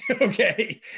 okay